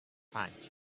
پنج